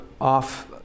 off